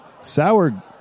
Sour